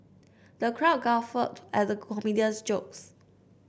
the crowd guffawed at the comedian's jokes